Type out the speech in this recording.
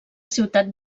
ciutat